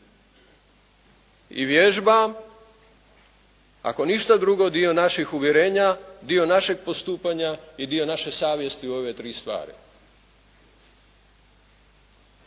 i vježba, ako ništa drugo naših uvjerenja, dio našeg postupanja i dio naše savjesti u ove tri stvari.